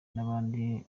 n’abandi